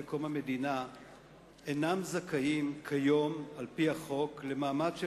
קום המדינה אינם זכאים כיום על-פי החוק למעמד של